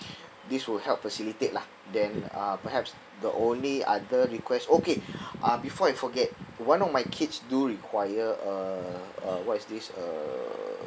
this will help facilitate lah then uh perhaps the only other requests okay uh before I forget one of my kids do require a a what is this a